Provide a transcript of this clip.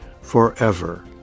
forever